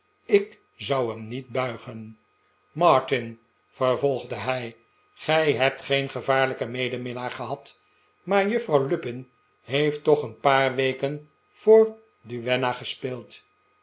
ik zou hem niet buigen martin vervolgde hij gij hebt geen gevaarlijken medeminnaar gehad maar juffrouw lupin heeft toch een paar weken voor duenna gespeeld